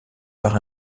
par